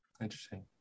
Interesting